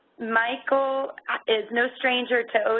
michael is no stranger to